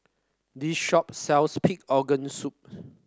this shop sells Pig Organ Soup